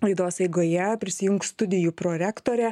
laidos eigoje prisijungs studijų prorektorė